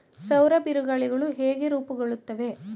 ಸೌರ ಬಿರುಗಾಳಿಗಳು ಹೇಗೆ ರೂಪುಗೊಳ್ಳುತ್ತವೆ?